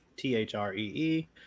T-H-R-E-E